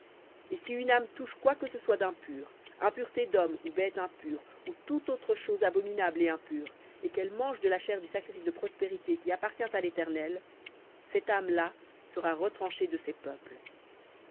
et si une âme touche quoi que ce soit d'impur impureté d'homme ou bête impure ou toute chose abominable et impure et qu'elle mange de la chair du sacrifice de prospérités qui appartient à l'éternel cette âme là sera retranchée de ses peuples